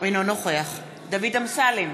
אינו נוכח דוד אמסלם,